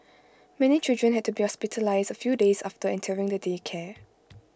many children had to be hospitalised A few days after entering the daycare